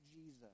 Jesus